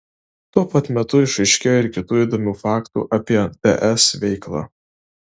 tuo pat metu išaiškėjo ir kitų įdomių faktų apie ds veiklą